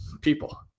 people